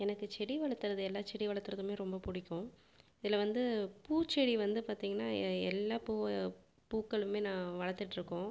எனக்கு செடி வளர்த்துறது எல்லா செடி வளர்த்துறதுமே ரொம்ப பிடிக்கும் இதில் வந்து பூச்செடி வந்து பார்த்திங்கன்னா எ எல்லா பூவு பூக்களுமே நான் வளர்த்துட்ருக்கோம்